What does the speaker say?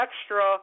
extra